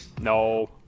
No